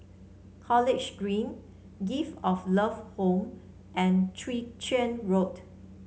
College Green Gift of Love Home and Chwee Chian Road